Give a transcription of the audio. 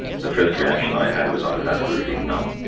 the first reaction i had was i was absolutely numb.